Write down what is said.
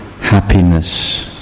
happiness